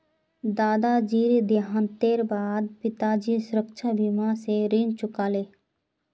दादाजीर देहांतेर बा द पिताजी सुरक्षा बीमा स ऋण चुका ले